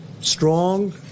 strong